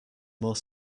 more